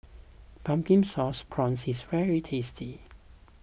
Pumpkin Sauce Prawns is very tasty